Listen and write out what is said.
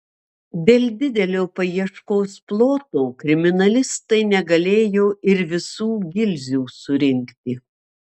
dėl didelio paieškos ploto kriminalistai negalėjo ir visų gilzių surinkti